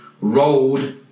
rolled